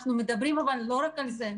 אנחנו מדברים לא רק על זה,